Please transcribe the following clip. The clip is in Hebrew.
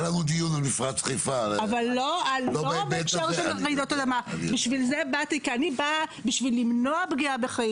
על מה שכתוב כרגע בתרחיש